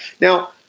Now